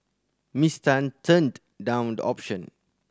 Miss Tan turned down the option